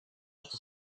что